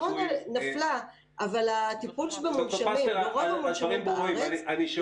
אבל זה מה שאתם --- בסוף אני מניח